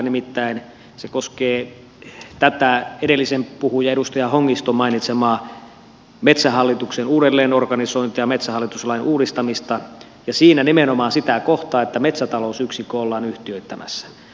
nimittäin se koskee tätä edellisen puhujan edustaja hongiston mainitsemaa metsähallituksen uudelleenorganisointia metsähallitus lain uudistamista ja siinä nimenomaan sitä kohtaa että metsätalousyksikkö ollaan yhtiöittämässä